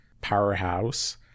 powerhouse